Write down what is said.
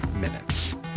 minutes